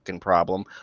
problem